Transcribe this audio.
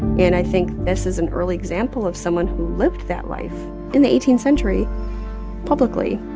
and i think this is an early example of someone who lived that life in the eighteenth century publicly